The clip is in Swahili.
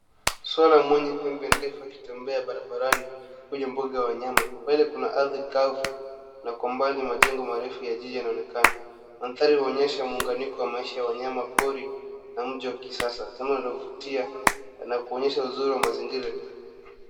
Swara mwenye pembe ndefu akitembea barabarani kwenye mbuga la wanyama. Mbele kuna ardhi kavu na kwa umbali majengo marefu ya jiji yanaonekana. Mandhari huonyesha muunganiko wa maisha ya wanyama pori na mji wa kisasa. Jambo linalovutia na kuonyesha uzuri wa mazingira.